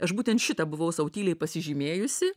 aš būtent šitą buvau sau tyliai pasižymėjusi